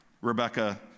Rebecca